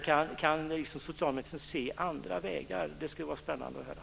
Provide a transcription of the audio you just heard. Kan socialministern se några andra vägar? Det skulle vara spännande att höra.